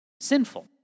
Sinful